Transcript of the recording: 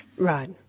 Right